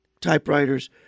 typewriters